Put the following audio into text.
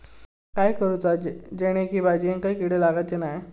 काय करूचा जेणेकी भाजायेंका किडे लागाचे नाय?